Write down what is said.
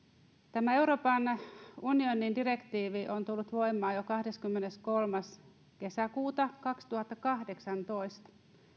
tämä euroopan unionin direktiivi on tullut voimaan jo kahdeskymmeneskolmas kesäkuuta kaksituhattakahdeksantoista